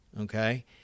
okay